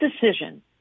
decision